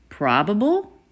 probable